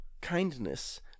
kindness